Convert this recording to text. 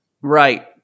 right